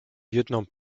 lieutenant